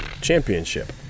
championship